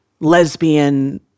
lesbian